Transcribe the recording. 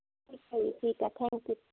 ਠੀਕ ਹੈ ਜੀ ਠੀਕ ਹੈ ਥੈਂਕ ਯੂ